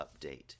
update